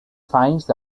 finds